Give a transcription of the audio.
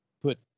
put